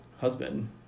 husband